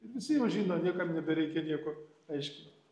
ir visi jau žino niekam nebereikia nieko aiškint